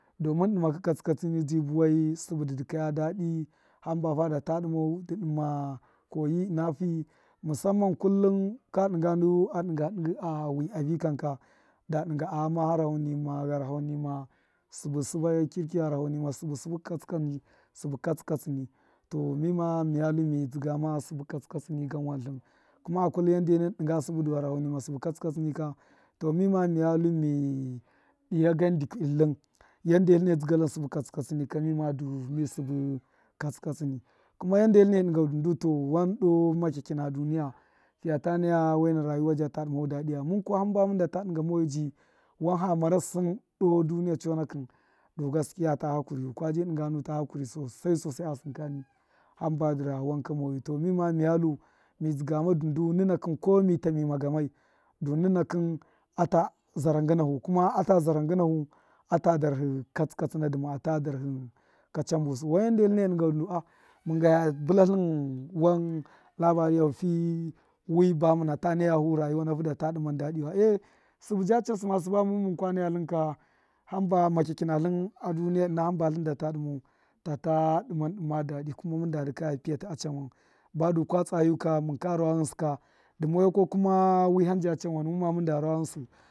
Domun dṫma ṫ katsṫ katsṫ ni ji buwai sṫbṫ dṫ dṫkaya dadṫ hamba fa da ta dṫmau dṫ dṫma koyi ṫna fi musumman kullum ka dṫnga nu a dṫnga dṫngṫ awi a vṫkan ka da dṫnga a ghame ghamahau nima gharahuau nima sṫbṫ sṫba kirki gharaho nima sṫbṫ sṫba katsṫ katsṫni ka to mima miya miya lu mizdṫgama sṫbṫ katsṫ katsṫni gan wan tlṫn kuma akullu gandena dṫnga sṫbṫ du gharaho nima sv katsi katsṫni ka to mima miya lu mi diya gan dikyi dṫ tlṫn yanda e tlṫne zdṫga tlṫn sṫbṫ katsṫ katsṫni kuma yande tlṫne dṫngau du ta wan doo makyakyi na duniya fiya ta naya waina rayuwa jata dṫma hu dadṫya mun kuwa hamba munda ta dṫnga moyu jii wan ha mara sṫn doo doniya chonakṫn du gaskiya ta hakuri kwaji dṫnga nu ta hakuri sosai sosai a sṫn kani hamba dṫ ra wanka moyu to mima miya lu mi zdṫga ma dndun nima kṫn ko mita mima gamai du nina kṫn ata zara ngṫna hu kuma ata zara ngṫnahu ata dara hṫ katsṫ katsṫna duma abu darhṫ kachambṫ su wande tlṫne dṫngau du mun ga iya tṫla tlṫn wan labaniya fi wi ba muna ta naya hu rayuwa nahu da ta dṫman dadṫwa e sṫbṫ ja chasṫ ma sṫba mun munka naya tlṫn ka hamba makyakyṫ natlṫn a duniya ṫna hamba tlṫn da ta dṫmau tata dṫmandṫma dadṫ kuma mun da dṫkaya piyatṫ achanwan badu kua tsa yuka minka rawa ghṫnsṫ ka duma wa ko kume wṫhan ja chanwanu munma mun da rawa ghṫnsṫ.